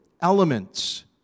elements